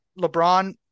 LeBron